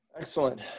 Excellent